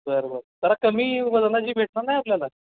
बर बर जरा कमी वजनाची भेटणार नाही आपल्याला